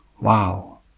wow